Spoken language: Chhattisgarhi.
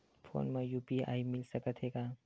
फोन मा यू.पी.आई मिल सकत हे का?